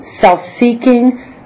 self-seeking